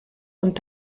und